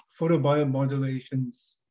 photobiomodulations